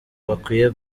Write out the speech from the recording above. bakwiye